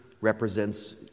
represents